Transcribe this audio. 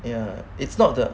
ya it's not the